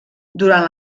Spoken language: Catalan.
durant